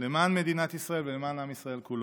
למען מדינת ישראל ולמען עם ישראל כולו.